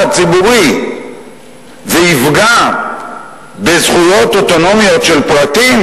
הציבורי ויפגע בזכויות אוטונומיות של פרטים,